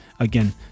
Again